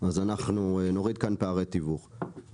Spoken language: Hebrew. אז אנחנו נוריד כאן פערי תיווך,